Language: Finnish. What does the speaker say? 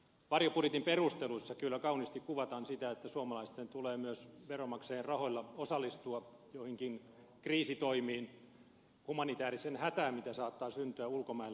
varjobudjetin perusteluissa kyllä kauniisti kuvataan sitä että suomalaisten tulee myös veronmaksajien rahoilla osallistua joihinkin kriisitoimiin humanitääriseen hätään mikä saattaa syntyä ulkomailla